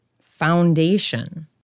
Foundation